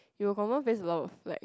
you'll confirm face a lot of like